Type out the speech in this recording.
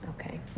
Okay